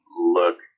look